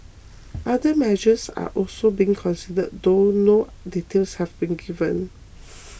other measures are also being considered though no details have been given